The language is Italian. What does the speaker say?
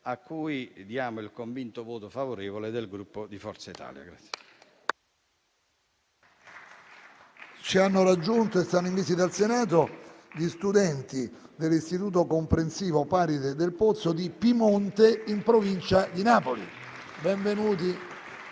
a cui diamo il convinto voto favorevole del Gruppo Forza Italia.